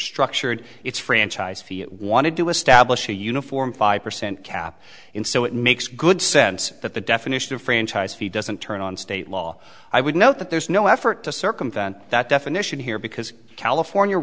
structured its franchise fee it wanted to establish a uniform five percent cap in so it makes good sense that the definition of franchise fee doesn't turn on state law i would note that there is no effort to circumvent that definition here because california